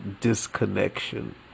disconnection